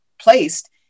placed